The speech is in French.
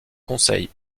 conseil